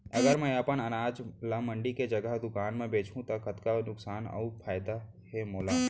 अगर मैं अपन अनाज ला मंडी के जगह दुकान म बेचहूँ त कतका नुकसान अऊ फायदा हे मोला?